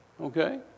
Okay